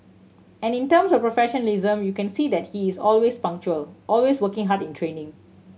and in terms of professionalism you can see that he is always punctual always working hard in training